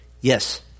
Yes